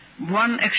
one